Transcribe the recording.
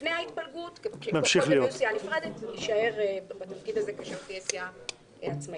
לפני ההתפלגות יישאר בתפקיד הזה כשתהיה סיעה עצמאית.